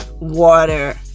water